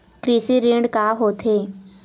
कृषि ऋण का होथे?